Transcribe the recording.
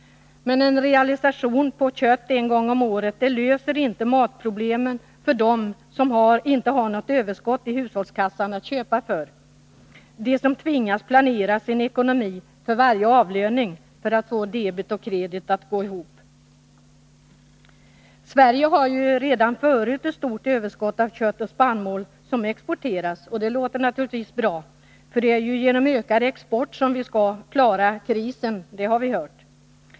Men en realisation på kött en gång om året löser inte matproblemen för dem som inte har något överskott i hushållskassan att köpa för och för dem som tvingas planera sin ekonomi för varje avlöning för att få debet och kredit att gå ihop. Sverige har redan förut ett stort överskott av kött och spannmål som exporteras, och det låter naturligtvis bra — det är ju genom ökad export som vi skall klara krisen, det har vi hört.